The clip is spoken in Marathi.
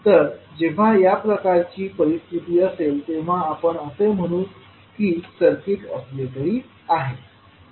तर जेव्हा या प्रकारची परिस्थिती असेल तेव्हा आपण असे म्हणू की सर्किट ऑसिलेटरी आहे